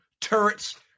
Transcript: turrets